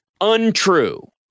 untrue